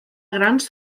grans